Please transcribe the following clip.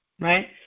right